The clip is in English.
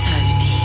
Tony